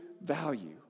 value